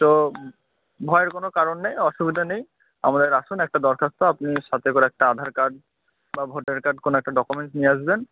তো ভয়ের কোনো কারণ নেই অসুবিধা নেই আমাদের আসুন একটা দরকার তো আপনি সাথে করে একটা আধার কার্ড বা ভোটার কার্ড কোনো একটা ডকুমেন্টস নিয়ে আসবেন